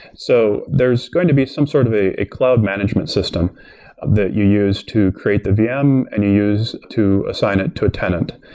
so there's going to be some sort of cloud management system that you use to create the vm and you use to assign it to a tenant.